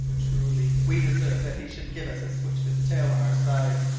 truly, we deserve that he should give us a switch of his tail on our side,